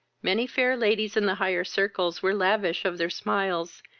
many fair ladies in the higher circles were lavish of their smiles,